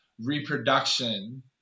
reproduction